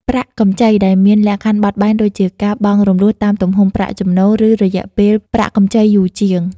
ប្រាក់កម្ចីដែលមានលក្ខខណ្ឌបត់បែនដូចជាការបង់រំលោះតាមទំហំប្រាក់ចំណូល ឬរយៈពេលប្រាក់កម្ចីយូរជាង ។